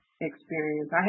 experience